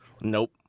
Nope